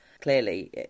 clearly